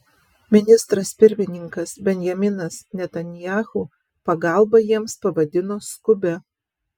ministras pirmininkas benjaminas netanyahu pagalbą jiems pavadino skubia